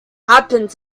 happened